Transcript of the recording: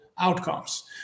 outcomes